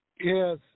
Yes